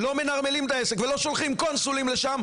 לא מנרמלים את העסק ולא שולחים קונסולים לשם,